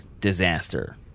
disaster